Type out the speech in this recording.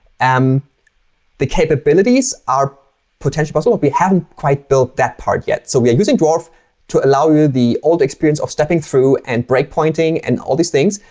um the capabilities are potentially possible. we haven't quite built that part yet. so we are using dwarf to allow you the old experience of stepping through and breakpointing and all these things.